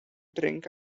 drink